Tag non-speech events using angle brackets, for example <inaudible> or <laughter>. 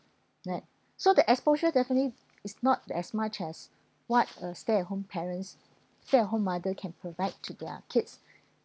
that so the exposure definitely is not as much as <breath> what a stay at home parents stay at home mother can provide to their kids <breath>